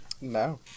No